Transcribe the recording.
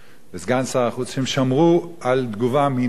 וסגן שר החוץ ששמרו על תגובה מינורית